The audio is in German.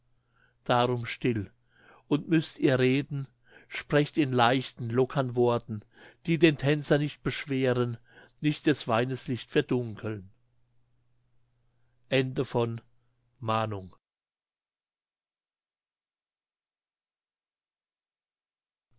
darum still und müßt ihr reden sprecht in leichten lockern worten die den tänzer nicht beschweren nicht des weines licht verdunkeln